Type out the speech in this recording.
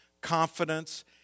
confidence